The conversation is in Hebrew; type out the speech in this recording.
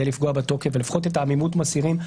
לפגוע בתוקף ולפחות את העמימות מסירים,